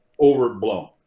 overblown